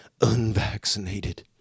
unvaccinated